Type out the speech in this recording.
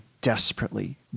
desperately